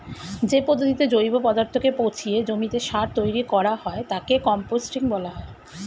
যে পদ্ধতিতে জৈব পদার্থকে পচিয়ে জমিতে সার তৈরি করা হয় তাকে কম্পোস্টিং বলা হয়